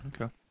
Okay